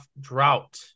drought